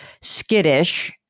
skittish